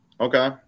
Okay